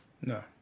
No